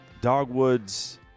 dogwoods